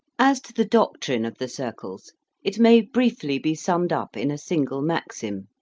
as to the doctrine of the circles it may briefly be summed up in a single maxim,